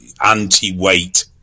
anti-weight